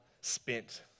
spent